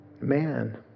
man